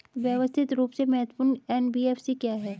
व्यवस्थित रूप से महत्वपूर्ण एन.बी.एफ.सी क्या हैं?